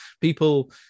People